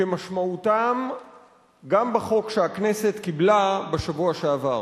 כמשמעותם גם בחוק שהכנסת קיבלה בשבוע שעבר.